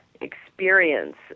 experience